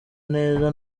neza